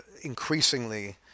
increasingly